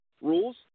rules